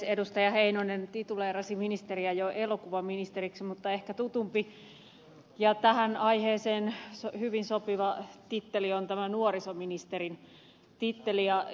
heinonen tituleerasi ministeriä jo elokuvaministeriksi mutta ehkä tutumpi ja tähän aiheeseen hyvin sopiva titteli on tämä nuorisoministerin titteli